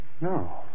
No